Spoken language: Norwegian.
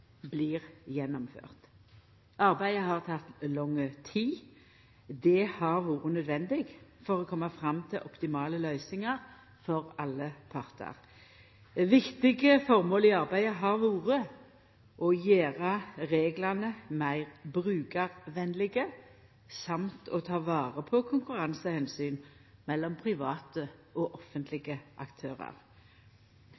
blir gjennomført. Arbeidet har teke lang tid. Det har vore nødvendig for å koma fram til optimale løysingar for alle partar. Det viktige formålet i arbeidet har vore å gjera reglane meir brukarvenlege og å ta vare på konkurranseomsyn mellom private og